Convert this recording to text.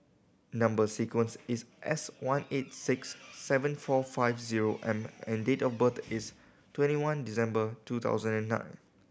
number sequence is S one eight six seven four five zero M and date of birth is twenty one December two thousand and nine